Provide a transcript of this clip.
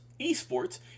eSports